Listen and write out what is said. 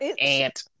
aunt